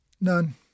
None